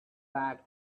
back